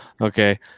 okay